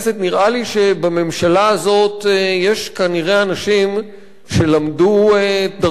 נראה לי שבממשלה הזאת יש כנראה אנשים שלמדו את דרכו